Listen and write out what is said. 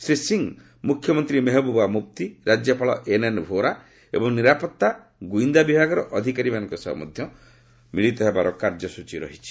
ଶ୍ରୀ ସିଂ ମୁଖ୍ୟମନ୍ତ୍ରୀ ମେହେବୁବା ମୁଫ୍ତି ରାଜ୍ୟପାଳ ଏନ୍ଏନ୍ ଭୋରା ଏବଂ ନିରାପତ୍ତା ଗୁଇନ୍ଦା ବିଭାଗର ଅଧିକାରୀମାନଙ୍କ ସହ ବୈଠକରେ ମିଳିତ ହେବାର କାର୍ଯ୍ୟ ସ୍ୱଚୀ ରହିଛି